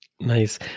Nice